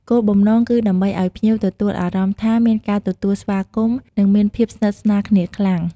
គោលបំណង គឺដើម្បីឱ្យភ្ញៀវទទួលអារម្មណ៍ថាមានការទទួលស្វាគមន៍ និងមានភាពស្និទ្ធស្នាលគ្នាខ្លាំង។